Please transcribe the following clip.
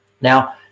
Now